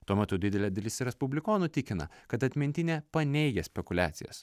tuo metu didelė dalis respublikonų tikina kad atmintinė paneigia spekuliacijas